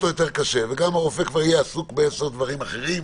וגם הרופא כבר יהיה עסוק בעשר דברים אחרים,